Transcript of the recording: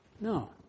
No